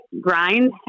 grind